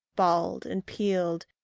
bald and peeled,